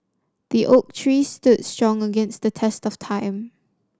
the oak tree stood strong against the test of time